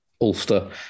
Ulster